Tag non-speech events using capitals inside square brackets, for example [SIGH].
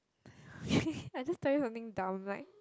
[LAUGHS] I just tell you something dumb like